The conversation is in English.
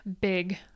big